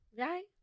Right